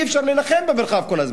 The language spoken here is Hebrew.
אי-אפשר להילחם במרחב כל הזמן.